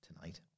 tonight